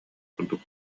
курдук